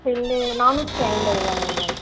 bill நானூற்றி ஐம்பது ரூபாங்க மேம்